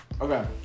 Okay